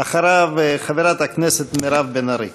אחריו, חברת הכנסת מירב בן ארי.